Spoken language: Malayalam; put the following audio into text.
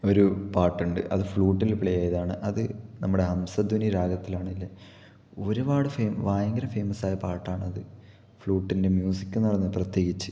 ഒരു പാട്ടുണ്ട് അത് ഫ്ലൂട്ടില് പ്ലേ ചെയ്തതാണ് അത് നമ്മുടെ ഹംസധ്വനി രാഗത്തിലാണുള്ളത് ഒരുപാട് ഫേ ഭയങ്കര ഫേമസായ പാട്ടാണത് ഫ്ലൂട്ടിന്റെ മ്യൂസിക്കെന്ന് പറയുന്നത് പ്രത്യേകിച്ച്